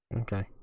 Okay